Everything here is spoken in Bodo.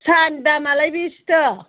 साहानि दामालाय बेसेथो